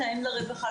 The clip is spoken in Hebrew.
מתאם הרווחה,